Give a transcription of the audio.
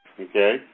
Okay